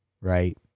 right